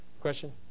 question